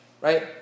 right